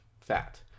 fat